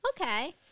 Okay